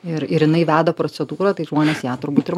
ir ir jinai veda procedūrą tai žmonės ją turbūt ir